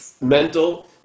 mental